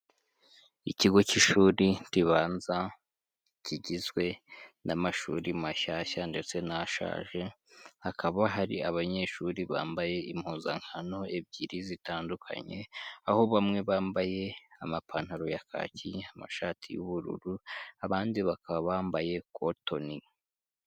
Ikigo cy'ishuri ribanza kigizwe n'amashuri mashyashya ndetse n'ashaje, hakaba hari abanyeshuri bambaye impuzankano ebyiri zitandukanye, aho bamwe bambaye amapantaro ya kaki, amashati y'ubururu, abandi bakaba bambaye cotton.